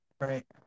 right